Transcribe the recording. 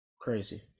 Crazy